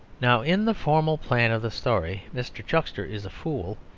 now in the formal plan of the story mr. chuckster is a fool,